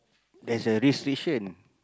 there's a restriction